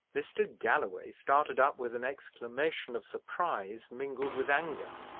mr. galloway started up with an exclamation of surprise, mingled with anger.